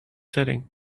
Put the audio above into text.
setting